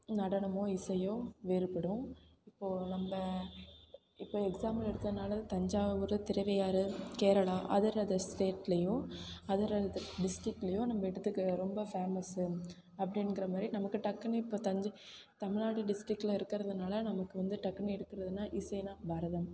நடனமோ இசையோ வேறுப்படும் இப்போது நம்ம இப்போ எக்ஸாம்பிள் எடுத்தனால் தஞ்சாவூர் திருவையாறு கேரளா அதர் அதர் ஸ்டேட்லேயோ அதர் அதர் டிஸ்டிக்லேயோ நம்ம எடுத்துக்க ரொம்ப ஃபேமஸு அப்படின்கிற மாதிரி நமக்கு டக்குனு இப்போ தஞ்சை தமிழ்நாடு டிஸ்டிக்கில் இருக்கறதுனால் நமக்கு வந்து டக்குனு எடுக்கறதுன்னால் இசைன்னால் பரதம்